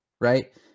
right